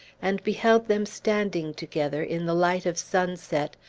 and beheld them standing together, in the light of sunset,